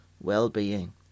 well-being